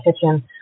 kitchen